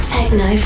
Techno